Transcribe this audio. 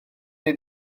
wnei